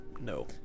No